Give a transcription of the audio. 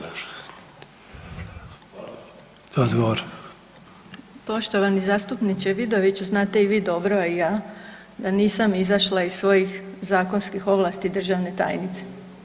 Poštovani zastupniče Vidović, znate i vi dobro a i ja da nisam izašla iz svojih zakonskih ovlasti državne tajnice.